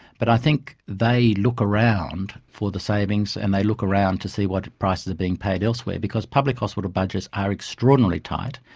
but i think they look around for the savings and they look around to see what prices are being paid elsewhere, because public hospital budgets are extraordinarily tight,